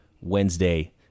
Wednesday